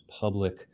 public